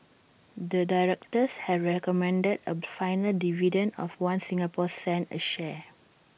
the directors have recommended A final dividend of One Singapore cent A share